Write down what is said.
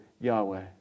Yahweh